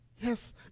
Yes